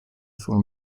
for